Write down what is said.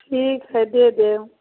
ठीक हइ दऽ देब